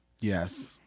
Yes